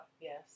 Yes